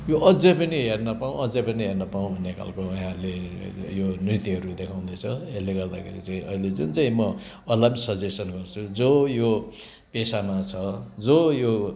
यो अझै पनि हेर्न पाऔँ अझै पनि हेर्न पाऔँ भन्ने खालको यहाँहरूले अहिले यो नृत्यहरू देखाउँदै छ त्यसले गर्दाखेरि चाहिँ अहिले जुन चाहिँ म अरूलाई पनि सजेसन गर्छु जो यो पेसामा छ जो यो